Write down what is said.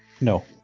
No